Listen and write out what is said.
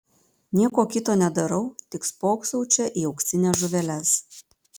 nieko kito nedarau tik spoksau čia į auksines žuveles